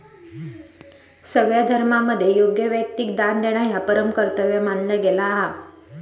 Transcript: सगळ्या धर्मांमध्ये योग्य व्यक्तिक दान देणा ह्या परम कर्तव्य मानला गेला हा